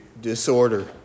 disorder